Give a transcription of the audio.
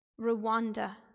Rwanda